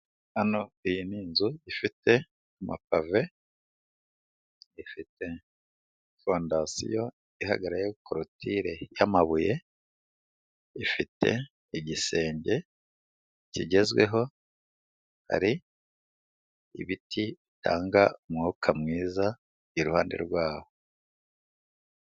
Hano iyi ni inzu ifite mapave ifite fondasiyo ihagarariye korutire y'amabuye ifite igisenge kigezweho hari ibiti bitanga umwuka mwiza iruhande rwawo.